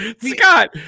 Scott